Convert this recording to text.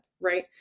right